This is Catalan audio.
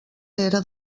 era